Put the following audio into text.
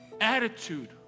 attitude